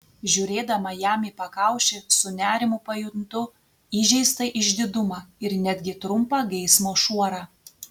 žiūrėdama jam į pakaušį su nerimu pajuntu įžeistą išdidumą ir netgi trumpą geismo šuorą